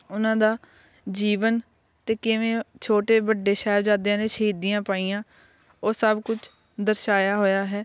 ਉਹਨਾਂ ਦਾ ਜੀਵਨ ਅਤੇ ਕਿਵੇਂ ਛੋਟੇ ਵੱਡੇ ਸਾਹਿਬਜ਼ਾਦਿਆਂ ਨੇ ਸ਼ਹੀਦੀਆਂ ਪਾਈਆਂ ਉਹ ਸਭ ਕੁਝ ਦਰਸਾਇਆ ਹੋਇਆ ਹੈ